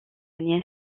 nièce